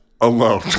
alone